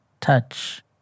touch